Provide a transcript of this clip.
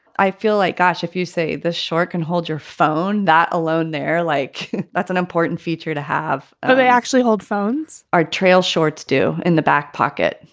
i feel like, gosh, if you say the shorts and hold your phone that alone, they're like that's an important feature to have. ah they actually hold phones are trail shorts do in the back pocket.